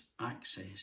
access